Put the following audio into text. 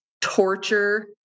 torture